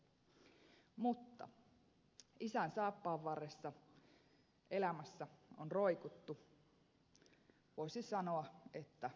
mutta isän saappaanvarressa elämässä on roikuttu voisi sanoa että alkumetreiltä asti